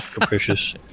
capricious